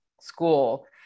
school